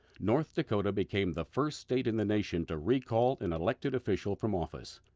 north dakota became the first state in the nation to recall an elected official from office.